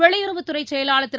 வெளியுறவுத்துறை செயலாளர் திரு